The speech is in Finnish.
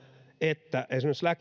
että esimerkiksi